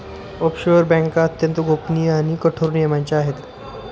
offshore बँका अत्यंत गोपनीय आणि कठोर नियमांच्या आहे